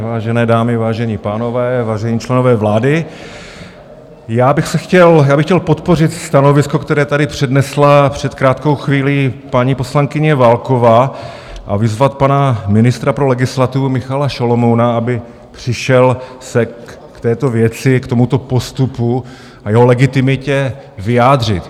Vážené dámy, vážení pánové, vážení členové vlády, já bych chtěl podpořit stanovisko, které tady přednesla před krátkou chvílí paní poslankyně Válková, a vyzvat pana ministra pro legislativu Michala Šalomouna, aby přišel se k této věci, k tomuto postupu a jeho legitimitě vyjádřit.